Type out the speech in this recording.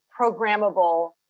programmable